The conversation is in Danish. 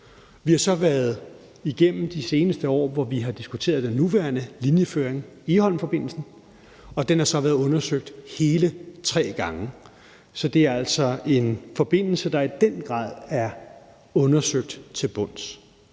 Vi har så i de seneste år diskuteret den nuværende linjeføring, Egholmforbindelsen, og den har været undersøgt hele tre gange. Så det er altså en forbindelse, der i den grad er undersøgt til bunds.